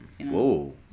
Whoa